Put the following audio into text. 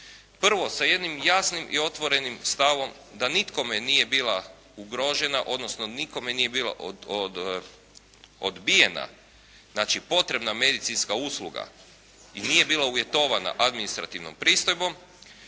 Prvo, sa jednim jasnim i otvorenim stavom da nikome nije bila ugrožena, odnosno nikome nije bila odbijena, znači potrebna medicinska usluga i nije bila uvjetovana administrativnom pristojbom.